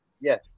yes